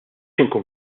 inkun